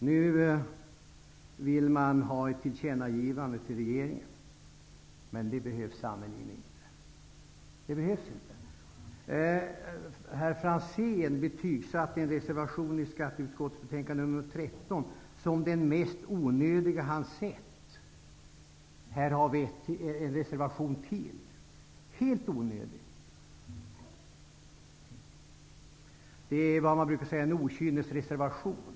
Nu vill man att riksdagen gör ett tillkännagivande till regeringen. Men ett sådant behövs sannerligen inte. Ivar Franzén har betygsatt en reservation i skatteutskottets betänkande nr 13. Han säger att det var det mest onödiga han sett. Här har vi en reservation till som är helt onödig. Det är en okynnesreservation.